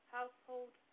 Household